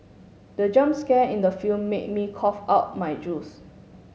the jump scare in the film made me cough out my juice